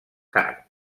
car